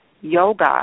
yoga